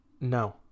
No